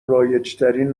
رایجترین